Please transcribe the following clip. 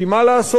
כי מה לעשות,